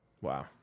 Wow